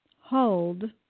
hold